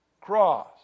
cross